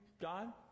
God